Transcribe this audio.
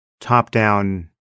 top-down